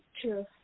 True